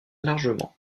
largement